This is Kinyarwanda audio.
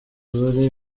bari